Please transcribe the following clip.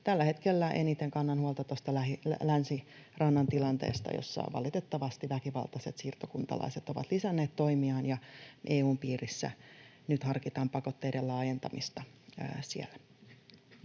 Tällä hetkellä eniten kannan huolta tästä Länsirannan tilanteesta, jossa valitettavasti väkivaltaiset siirtokuntalaiset ovat lisänneet toimiaan, ja EU:n piirissä nyt harkitaan pakotteiden laajentamista